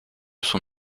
son